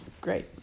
great